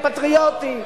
הפטריוטי,